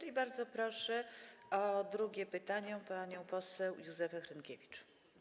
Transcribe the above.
I bardzo proszę o drugie pytanie panią poseł Józefę Hrynkiewicz.